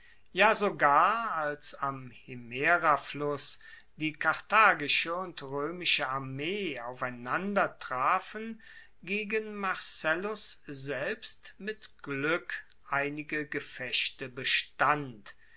ja sogar als am himerafluss die karthagische und roemische armee aufeinandertrafen gegen marcellus selbst mit glueck einige gefechte bestand